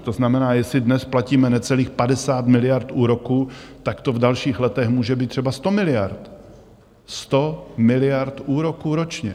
To znamená, jestli dnes platíme necelých 50 miliard úroků, tak to v dalších letech může být třeba 100 miliard, 100 miliard úroků ročně!